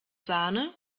sahne